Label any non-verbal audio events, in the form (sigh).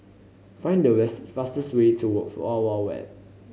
find the west fastest way to (unintelligible) Wild Wild Wet